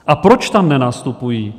A proč tam nenastupují?